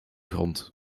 grond